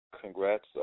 Congrats